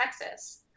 Texas